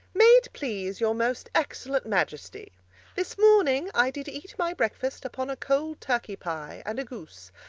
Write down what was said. may it please your most excellent majesty this morning i did eat my breakfast upon a cold turkey pie and a goose,